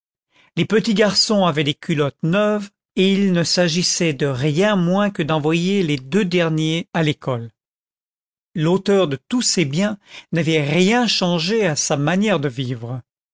les petits garçons avaient des culottes neuves et il ne s'agissait de rien moins que d'envoyer les deux derniers à l'école content from google book search generated at l'auteur de tous ces biens n'avait rien changé à sa manière de vivre